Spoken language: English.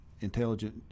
intelligent